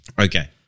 Okay